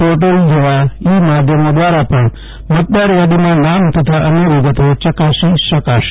portal જેવા e માધ્યમો દ્વારા પણ મતદાર યાદીમાં નામ તથા અન્ય વિગતો યકાસી શકાશે